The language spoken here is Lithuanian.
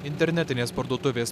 internetinės parduotuvės